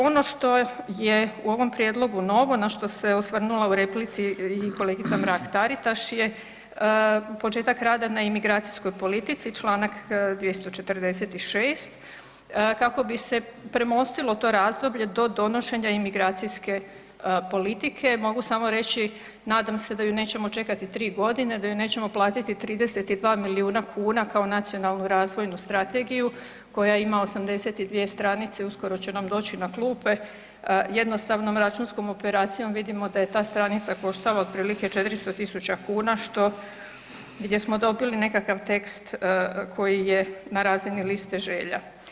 Ono što je u ovom prijedlogu novo, na što se osvrnula i u replici i kolegica Mrak Taritaš je, početak rada na imigracijskoj politici, čl. 246., kako bi se premostilo to razdoblje do donošenja imigracijske politike, mogu samo reći, nadam se da je nećemo čekati 3 g., da ju nećemo platiti 32 milijuna kuna kao Nacionalnu razvoju strategiju koja ima 82 stranice, uskoro će nam doći na klupe, jednostavnom računskom operacijom vidimo da je ... koštalo otprilike 400 000 kn gdje smo dobili nekakav tekst koji je na razini liste želja.